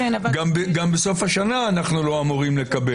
גם בסוף השנה אנחנו לא אמורים לקבל.